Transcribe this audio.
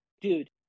Dude